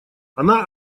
она